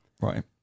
Right